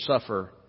suffer